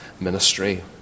ministry